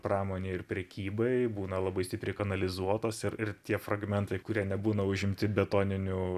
pramonei ir prekybai būna labai stipriai kanalizuotos ir ir tie fragmentai kurie nebūna užimti betoninių